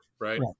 Right